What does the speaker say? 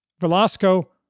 Velasco